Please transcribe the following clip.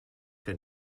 que